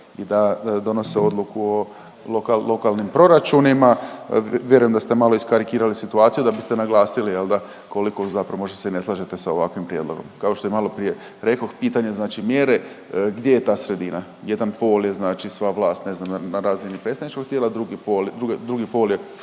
da donose odluku o lokalnim proračunima. Vjerujem da ste malo iskarikirali situaciju da biste naglasili, je l' da, koliko zapravo možda se ne slažete sa ovakvim prijedlogom. Kao što i maloprije rekoh, pitanje znači mjere gdje je ta sredina, jedan pol je znači sva vlast, ne znam, na razini predstavničkog tijela, drugi pol je